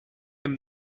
hem